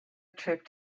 trip